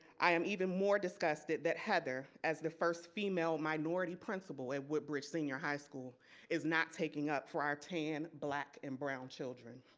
i am even more disgusted that heather as the first female minority principal at woodbridge senior high school is not taking up for our tan, black and brown children.